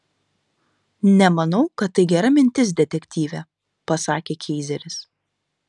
nemanau kad tai gera mintis detektyve pasakė keizeris